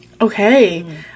Okay